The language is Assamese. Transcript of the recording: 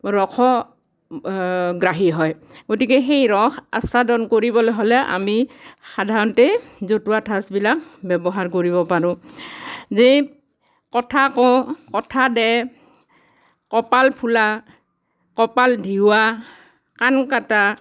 ৰস গ্ৰাহী হয় গতিকে সেই ৰস আস্ৱাদন কৰিবলৈ হ'লে আমি সাধাৰণতে জতুৱা ঠাঁচবিলাক ব্যৱহাৰ কৰিব পাৰোঁ যেই কথা কওঁ কথা দে কপাল ফুলা কপাল ধিওৱা কাণ কাটা